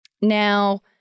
Now